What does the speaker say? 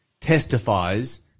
testifies